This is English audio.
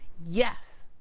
yes.